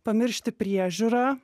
pamiršti priežiūrą